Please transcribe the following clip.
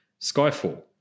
Skyfall